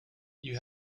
you